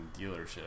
Dealership